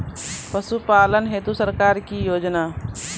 पशुपालन हेतु सरकार की योजना?